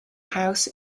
house